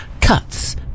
cuts